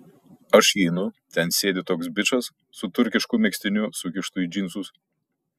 aš įeinu ten sėdi toks bičas su turkišku megztiniu sukištu į džinsus